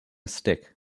stick